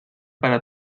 para